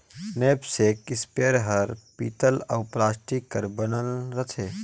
knapsack spare हर पीतल अउ प्लास्टिक कर बनल रथे